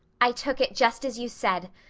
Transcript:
i took it just as you said.